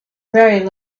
very